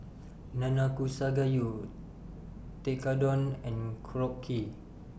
Nanakusa Gayu Tekkadon and Korokke